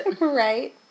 Right